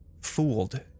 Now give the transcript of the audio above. fooled